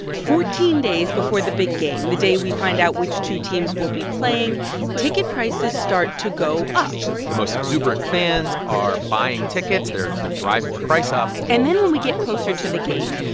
fourteen days before the big game the day we find out which two teams will be playing ticket prices start to go up the most exuberant fans are buying tickets. they're driving the price up and then when we get closer to the game,